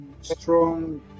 strong